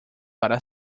para